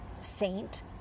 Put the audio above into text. saint